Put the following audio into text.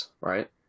right